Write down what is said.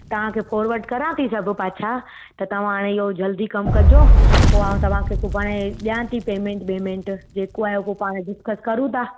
तव्हांखे फोरवड करां थी सभु पाछा त तव्हां इहो जल्दी कमु कजो पोइ आउं तव्हांखे सुभाणे ॾियां थी पेमेंट बेमेंट जेको आहे उहो पाणि डिसक्स करूं था